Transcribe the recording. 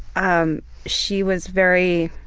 and she was very